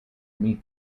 meet